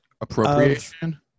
Appropriation